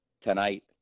tonight